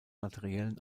materiellen